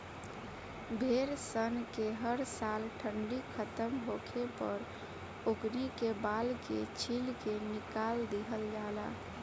भेड़ सन के हर साल ठंडी खतम होखे पर ओकनी के बाल के छील के निकाल दिहल जाला